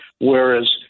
Whereas